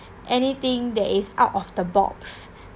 anything that is out of the box